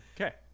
Okay